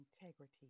integrity